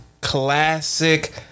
classic